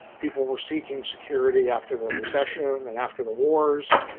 people were seeking security after the recession and after the wars,